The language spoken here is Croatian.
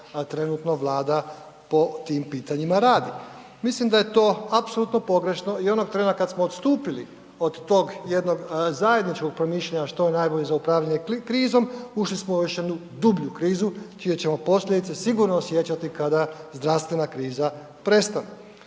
trenutno Vlada po tim pitanjima radi. Mislim da je to apsolutno pogrešno i onog trena kad smo odstupili od tog jednog zajedničkog promišljanja što je najbolje za upravljanje krizom, ušli smo u još jednu dublju krizu čije ćemo posljedice sigurno osjećati kada zdravstvena kriza prestane.